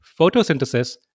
photosynthesis